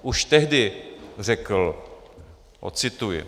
Už tehdy řekl ocituji: